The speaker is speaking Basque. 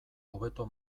hobeto